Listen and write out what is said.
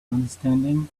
understanding